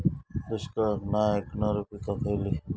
दुष्काळाक नाय ऐकणार्यो पीका खयली?